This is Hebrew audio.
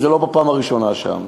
וזה לא בפעם הראשונה שם.